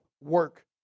work